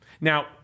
Now